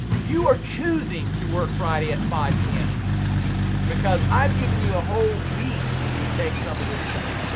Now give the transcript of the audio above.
you are choosing to work friday at five pm because i've given you a whole week to take some of this stuff.